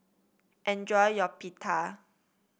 enjoy your Pita